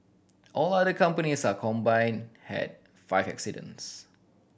all other companies are combined had five accidents